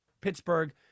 Pittsburgh